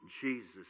Jesus